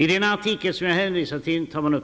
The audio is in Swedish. I den artikeln tas